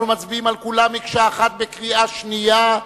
אנחנו מצביעים על כולם כמקשה אחת בקריאה שנייה.